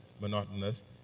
monotonous